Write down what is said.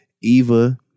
Eva